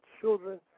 children